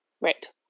right